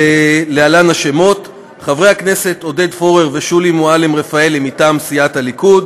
להלן השמות: חברי הכנסת עודד פורר ושולי מועלם-רפאלי מטעם סיעת הליכוד,